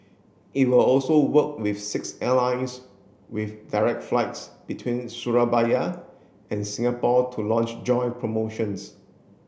it will also work with six airlines with direct flights between Surabaya and Singapore to launch joint promotions